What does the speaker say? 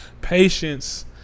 Patience